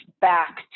back